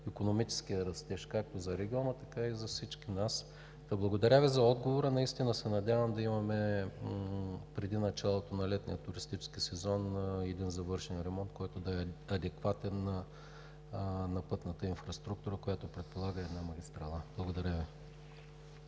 икономическия растеж както за региона, така и за всички нас. Благодаря Ви за отговора. Настина се надявам преди началото на летния туристически сезон да имаме един завършен ремонт, който да е адекватен на пътната инфраструктура, която предполага една магистрала. Благодаря Ви.